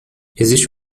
existe